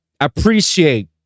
appreciate